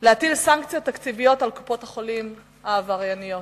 להטיל סנקציות תקציביות על קופות-החולים העברייניות.